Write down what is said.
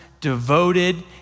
devoted